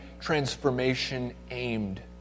transformation-aimed